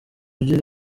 ugira